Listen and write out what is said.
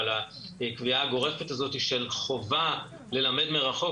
אבל הקביעה הגורפת הזאת של חובה ללמד מרחוק,